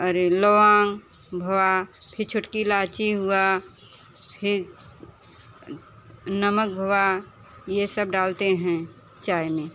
अरे लौंग भवा फिर छोटकी इलाइची हुआ फिर नमक भवा ये सब डालते हैं चाय में